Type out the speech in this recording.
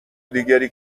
دیگری